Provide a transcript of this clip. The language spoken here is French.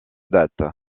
date